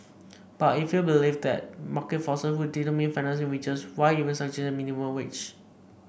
but if you believe that market forces would determine fairness in wages why even suggest a minimum wage